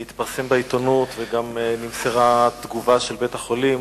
הוא התפרסם בעיתונות וגם התפרסמה תגובה של בית-החולים.